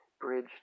bridge